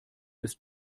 ist